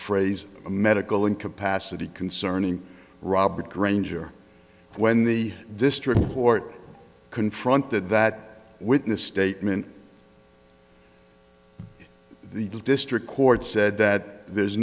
phrase a medical incapacity concerning robert granger when the district court confronted that witness statement the district court said that there's